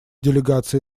делегации